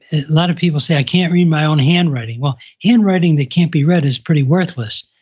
a lot of people say, i can't read my own handwriting. well handwriting that can't be read is pretty worthless.